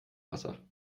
wasser